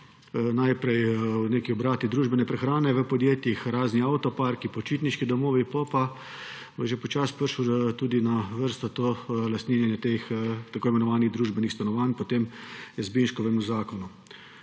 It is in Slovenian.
najprej neki obrati družbene prehrane v podjetjih, razni avtoparki, počitniški domovi, potem pa je že počasi prišlo na vrsto tudi lastninjenje tako imenovanih družbenih stanovanj po Jazbinškovem zakonu.